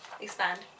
expand